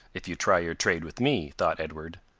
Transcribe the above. if you try your trade with me, thought edward.